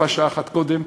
ויפה שעה אחת קודם,